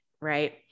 right